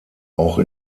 auch